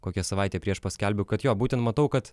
kokia savaitė prieš paskelbiu kad jo būtent matau kad